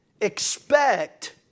expect